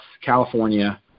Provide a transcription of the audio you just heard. California